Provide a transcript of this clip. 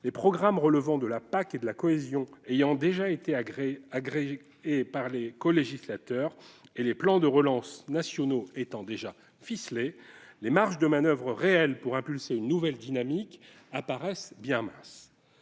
les programmes relevant de la PAC et de la cohésion ayant déjà été agréés par les colégislateurs et les plans de relance nationaux étant déjà ficelés, les marges de manoeuvre réelles permettant d'impulser une nouvelle dynamique apparaissent bien minces.